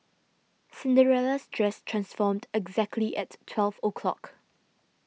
Cinderella's dress transformed exactly at twelve o'clock